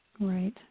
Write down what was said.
Right